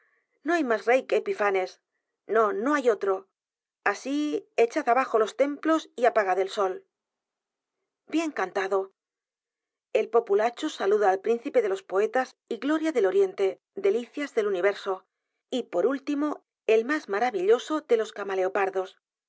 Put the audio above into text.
no hay mas rey que epifanes no no hay o t r o así echad abajo los templos y apagad el sol bien cantado el populacho saluda al príncipe de los poetas y gloria del oriente delicias del universo y por último el más maravilloso de los